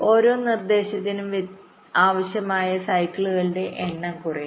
ഓരോ നിർദ്ദേശത്തിനും ആവശ്യമായ സൈക്കിളിന്റെ എണ്ണം കുറയും